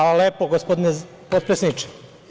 Hvala lepo gospodine potpredsedniče.